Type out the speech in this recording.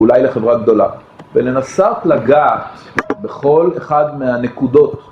אולי לחברה גדולה, ולנסות לגעת בכל אחד מהנקודות.